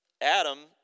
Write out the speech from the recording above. Adam